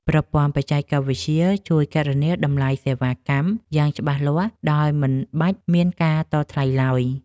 ប្រព័ន្ធបច្ចេកវិទ្យាជួយគណនាតម្លៃសេវាកម្មយ៉ាងច្បាស់លាស់ ដោយមិនបាច់មានការតថ្លៃឡើយ។